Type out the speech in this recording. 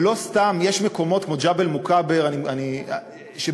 ולא סתם, יש מקומות כמו ג'בל-מוכבר, שבאמת